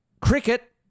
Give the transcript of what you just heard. Cricket